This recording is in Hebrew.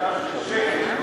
הבעיה היא לא בשטר של 100 שקלים,